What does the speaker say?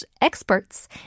experts